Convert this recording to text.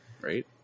Right